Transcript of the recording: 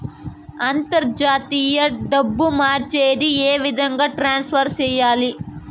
అంతర్జాతీయ డబ్బు మార్చేది? ఏ విధంగా ట్రాన్స్ఫర్ సేయాలి?